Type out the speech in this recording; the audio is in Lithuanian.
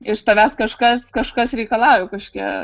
iš tavęs kažkas kažkas reikalauja kažkokia